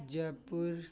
Jaipur